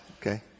Okay